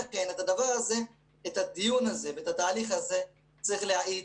לכן את הדיון הזה ואת התהליך הזה צריך להאיץ,